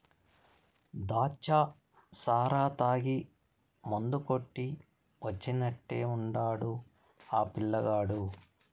దాచ్చా సారా తాగి మందు కొట్టి వచ్చినట్టే ఉండాడు ఆ పిల్లగాడు